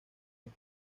los